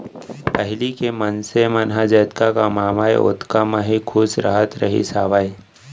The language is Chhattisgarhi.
पहिली के मनसे मन ह जतका कमावय ओतका म ही खुस रहत रहिस हावय